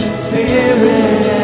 spirit